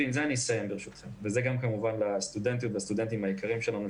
וזה לסטודנטים ולסטודנטיות היקרים שלנו,